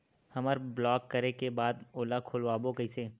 हमर ब्लॉक करे के बाद ओला खोलवाबो कइसे?